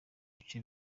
ibice